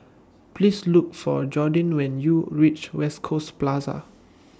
Please Look For Jordin when YOU REACH West Coast Plaza